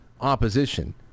opposition